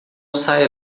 saia